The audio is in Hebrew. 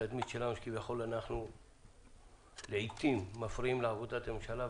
יש לנו תדמית שאנחנו כביכול מפריעים לעיתים לעבודת הממשלה.